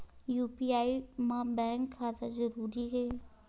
UPI मा bank खाता जरूरी हे?